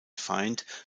feind